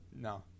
No